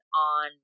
on